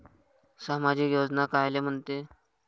सामाजिक योजना कायले म्हंते?